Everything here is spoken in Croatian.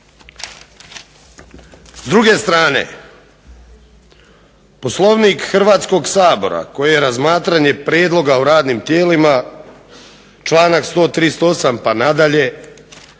S druge strane Poslovnik Hrvatskog sabora koje je razmatranje prijedloga o radnim tijelima članak 138. pa na dalje